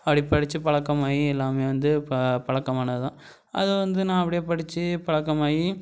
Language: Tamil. அப்படி படிச்சு பழக்கமாயி எல்லாமே வந்து ப பழக்கமானது தான் அது வந்து நான் அப்படியே படிச்சு பழக்கமாயி